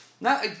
No